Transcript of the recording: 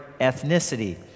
ethnicity